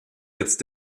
jetzt